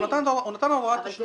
הוא נתן את הוראת התשלום.